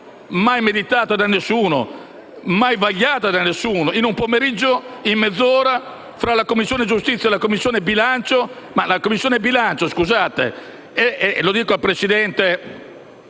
mai meditata da nessuno, mai vagliata da nessuno, in un pomeriggio, in mezz'ora, tra la Commissione giustizia e la Commissione bilancio? Ma la Commissione bilancio - mi rivolgo al Presidente